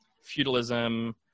feudalism